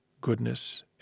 goodness